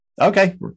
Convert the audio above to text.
Okay